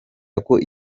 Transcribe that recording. ikorwa